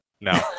No